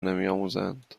نمیآموزند